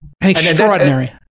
extraordinary